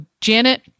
Janet